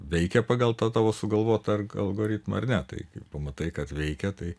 veikia pagal tą tavo sugalvotą algoritmą ar ne tai kai pamatai kad veikia tai